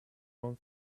own